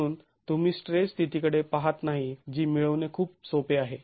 म्हणून तुम्ही स्ट्रेस स्थितीकडे पहात नाही जी मिळवणे खूप सोपे आहे